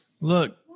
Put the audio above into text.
Look